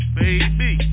baby